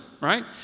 right